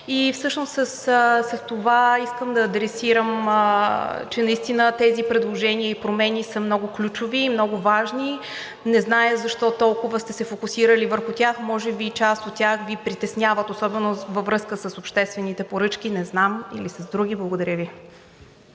И всъщност с това искам да адресирам, че наистина тези предложения и промени са много ключови и много важни. Не зная защо толкова сте се фокусирали върху тях. Може би част от тях Ви притесняват, особено във връзка с обществените поръчки, не знам, или с други? Благодаря Ви.